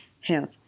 Health